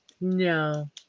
No